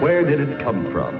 where did it come from